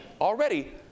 already